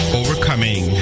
overcoming